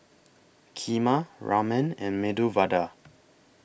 Kheema Ramen and Medu Vada